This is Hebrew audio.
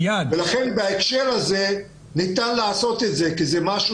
לכן בהקשר הזה ניתן לעשות את זה כי זה משהו